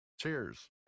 Cheers